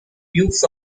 views